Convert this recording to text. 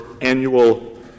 annual